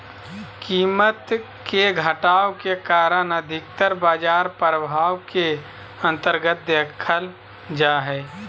कीमत मे घटाव के कारण अधिकतर बाजार प्रभाव के अन्तर्गत देखल जा हय